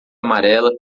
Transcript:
amarela